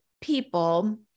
people